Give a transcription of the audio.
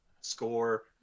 score